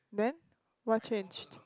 then what changed